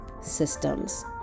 systems